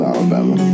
Alabama